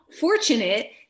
fortunate